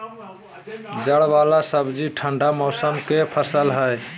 जड़ वाला सब्जि ठंडा मौसम के फसल हइ